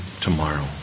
tomorrow